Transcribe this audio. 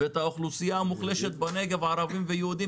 ולייעד את האוכלוסייה המוחלשת בנגב, ערבים ויהודים